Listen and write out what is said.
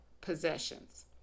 possessions